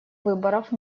выборов